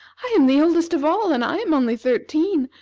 i am the oldest of all, and i am only thirteen.